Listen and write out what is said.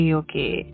okay